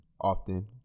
often